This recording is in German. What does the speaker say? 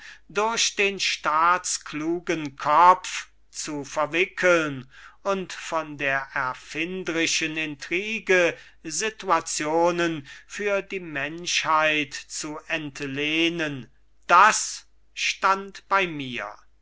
durch den staatsklugen kopf zu verwickeln und von der erfindrischen intrige situationen für die menschheit zu entlehnen das stand bei mir